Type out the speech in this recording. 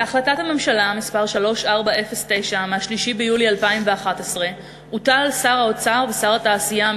בהחלטת הממשלה מס' 3409 מ-3 ביולי 2011 הוטל על שר האוצר ושר התעשייה,